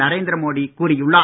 நரேந்திர மோடி கூறியுள்ளார்